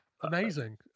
amazing